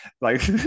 Like-